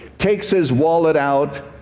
takes his wallet out,